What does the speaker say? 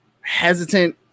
hesitant